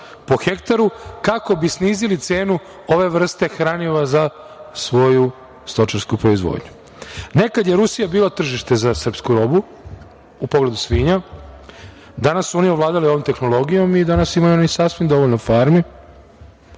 po hektaru kako bi snizili cenu ove vrste hranila za svoju stočarsku proizvodnju. Nekad je Rusija bila tržište za srpsku robu, u pogledu svinja. Danas su oni ovladali ovom tehnologijom i danas imaju oni sasvim dovoljno farmi. Moram